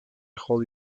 holy